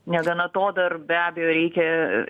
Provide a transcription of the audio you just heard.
negana to dar be abejo reikia